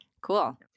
Cool